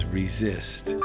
resist